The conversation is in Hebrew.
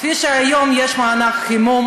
כפי שהיום יש מענק חימום,